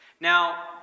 Now